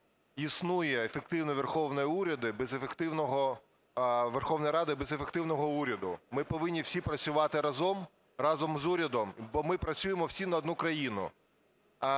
Верховної Ради без ефективного уряду. Ми повинні всі працювати разом, разом з урядом, бо ми працюємо всі на одну країну.